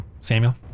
Samuel